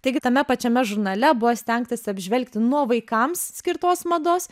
taigi tame pačiame žurnale buvo stengtasi apžvelgti nuo vaikams skirtos mados